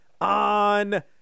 on